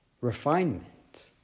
refinement